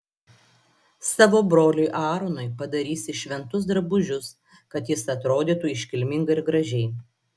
savo broliui aaronui padarysi šventus drabužius kad jis atrodytų iškilmingai ir gražiai